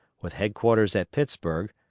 with headquarters at pittsburg,